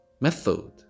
method